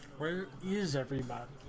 were use every but